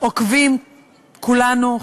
עוקבים כולנו,